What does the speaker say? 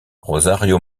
rosario